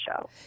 show